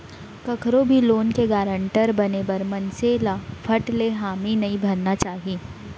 कखरो भी लोन के गारंटर बने बर मनसे ल फट ले हामी नइ भरना चाही